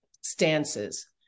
stances